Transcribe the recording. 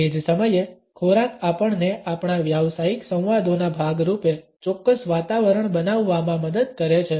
તે જ સમયે ખોરાક આપણને આપણા વ્યાવસાયિક સંવાદોના ભાગરૂપે ચોક્કસ વાતાવરણ બનાવવામાં મદદ કરે છે